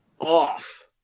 off